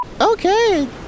Okay